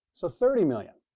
so thirty million.